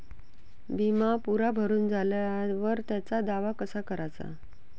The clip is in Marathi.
बिमा पुरा भरून झाल्यावर त्याचा दावा कसा कराचा?